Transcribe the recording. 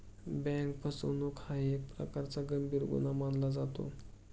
bank फसवणूक हा एक प्रकारचा गंभीर गुन्हा मानला जातो